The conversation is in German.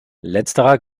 letzterer